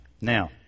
Now